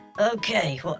Okay